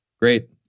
great